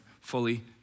fully